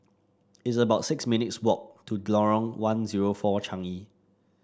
it's about six minutes' walk to Lorong one zero four Changi